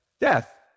death